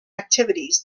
activities